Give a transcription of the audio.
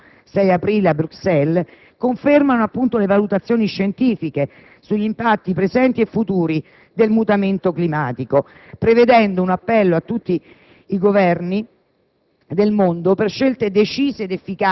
che verrà resa nota per esteso il prossimo 6 aprile a Bruxelles, confermano le valutazioni scientifiche sugli impatti presenti e futuri del mutamento climatico prevedendo un appello ai Governi